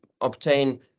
obtain